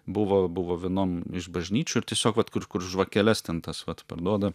buvo buvo vienam iš bažnyčių ir tiesiog vat kur kur žvakeles ten tas vat parduoda